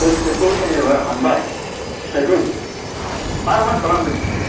गय फिथाइखौ जेन'बा हानबाय फिथाइखौ मा मा खालामो